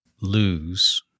lose